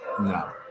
No